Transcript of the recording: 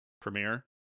Premiere